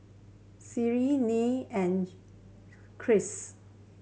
Carlyn Nell and